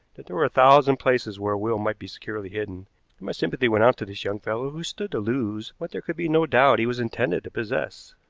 that there were a thousand places where a will might be securely hidden, and my sympathy went out to this young fellow who stood to lose what there could be no doubt he was intended to possess.